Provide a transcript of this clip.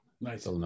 Nice